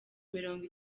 mirongo